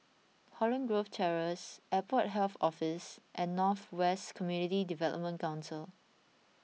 Holland Grove Terrace Airport Health Office and North West Community Development Council